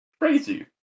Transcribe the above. Crazy